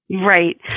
Right